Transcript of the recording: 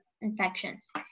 infections